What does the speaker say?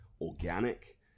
organic